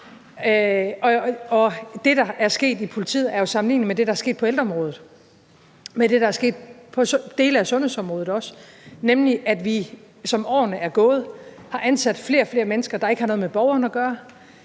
det, der er sket i politiet, er jo sammenligneligt med det, der er sket på ældreområdet, og med det, der også er sket på dele af sundhedsområdet, nemlig at vi, som årene er gået, har ansat flere og flere mennesker, der ikke har noget med borgeren at gøre,